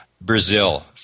Brazil